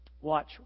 Watch